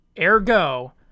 ergo